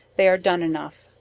they are done enough,